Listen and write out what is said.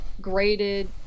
graded